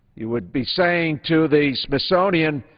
you would be saying to the smithsonian,